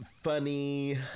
funny